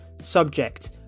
subject